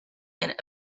and